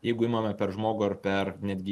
jeigu imame per žmogų ar per netgi